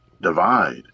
divide